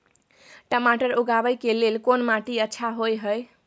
टमाटर उगाबै के लेल कोन माटी अच्छा होय है?